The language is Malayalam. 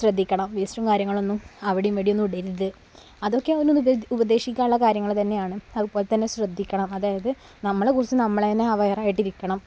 ശ്രദ്ധിക്കണം വേസ്റ്റും കാര്യങ്ങളൊന്നും അവിടേയും ഇവിടേയും ഒന്നും ഇടരുത് അതൊക്കെ അവരൊന്ന് ഉപദേശിക്കാനുള്ള കാര്യങ്ങൾ തന്നെയാണ് അതുപോലെ തന്നെ ശ്രദ്ധിക്കണം അതായത് നമ്മളെക്കുറിച്ച് നമ്മൾ തന്നെ അവേറായിട്ട് ഇരിക്കണം